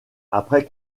après